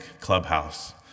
clubhouse